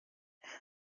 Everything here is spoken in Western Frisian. dêr